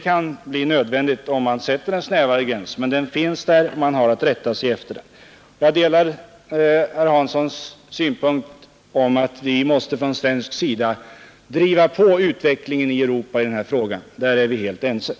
Jag delar herr Hanssons inställning att vi måste från svensk sida driva på utvecklingen i den här frågan i olika internationella sammanhang och speciellt i Europa.